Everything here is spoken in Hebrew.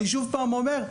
אני שוב אומר,